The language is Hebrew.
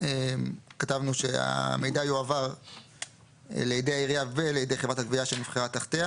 כתבנו שהמידע יעבור לידי העירייה "ולידי חברת הגבייה שנבחרה תחתיה,